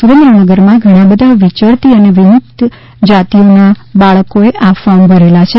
સુરેન્દ્રનગરમાં ઘણાબધા વિચરતી અને વિમુક્ત જાતિઓ ના બાળકોના ફોર્મ ભરેલ છે